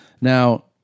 Now